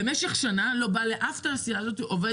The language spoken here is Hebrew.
במשך שנה לא בא עובד אחד לאף תעשייה כזאת.